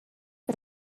was